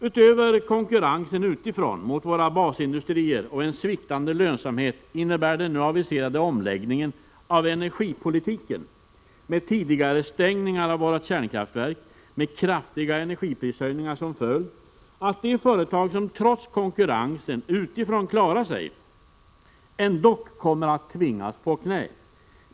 Utöver konkurrensen utifrån mot våra basindustrier och en sviktande lönsamhet innebär den nu aviserade omläggningen av energipolitiken — med tidigarestängningar av våra kärnkraftverk med kraftiga energiprishöjningar som följd — att de företag som trots konkurrensen utifrån klarade sig, ändock kommer att tvingas på knä.